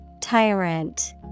Tyrant